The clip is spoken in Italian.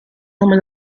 nome